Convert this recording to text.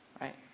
right